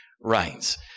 rights